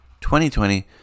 2020